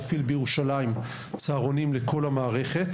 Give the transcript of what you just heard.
על מנת להפעיל בירושלים צהרונים לכל המערכת